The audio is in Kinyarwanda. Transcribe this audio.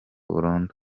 burundu